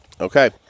Okay